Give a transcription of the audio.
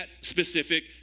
specific